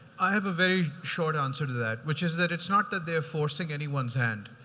i have a very short answer to that, which is that it's not that they're forcing anyone's hand.